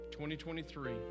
2023